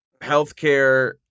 healthcare